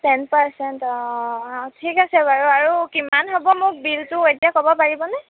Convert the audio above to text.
ten percent অঁ ঠিক আছে বাৰু আৰু কিমান হ'ব মোক বিলটো এতিয়া ক'ব পাৰিবনে